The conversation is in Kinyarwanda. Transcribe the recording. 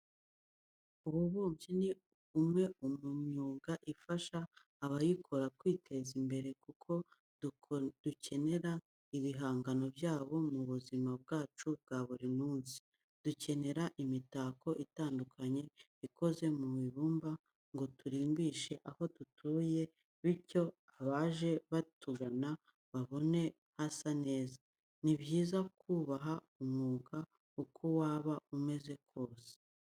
Ububumbyi ni umwe mu myuga ifasha abayikora kwiteza imbere kuko dukenera ibihangano byabo mu buzima bwacu bwa buri munsi. Dukenera imitako itandukanye ikoze mu ibumba ngo turimbishe aho dutuye bityo abaje batugana babone hasa neza. Ni byiza kubaha umwuga uko waba umeze kose.